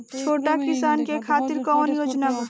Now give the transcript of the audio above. छोटा किसान के खातिर कवन योजना बा?